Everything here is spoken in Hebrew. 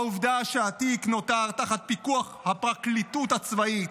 העובדה שהתיק נותר תחת פיקוח הפרקליטות הצבאית,